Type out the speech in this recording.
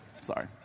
sorry